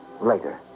later